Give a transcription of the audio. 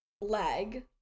leg